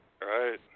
right